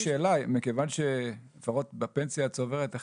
אני לא שומע ממך שאתם תיתנו לו פנסיה צוברת.